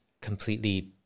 completely